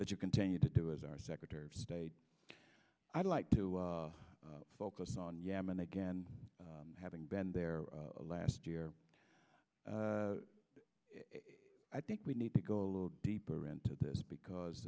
that you continue to do as our secretary of state i'd like to focus on yemen again having been there last year i think we need to go a little deeper into this because